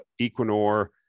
Equinor